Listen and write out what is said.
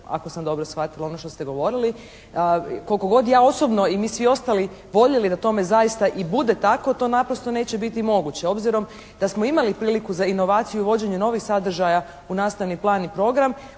ako sam dobro shvatila ono što ste vi govorili. Koliko god ja osobno i mi svi ostali voljeli da tome zaista i bude tako to naprosto neće biti moguće obzirom da smo imali priliku za inovaciju vođenja novih sadržaja u nastavni plan i program,